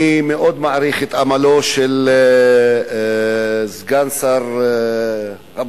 אני מאוד מעריך את עמלו של סגן שר הבריאות,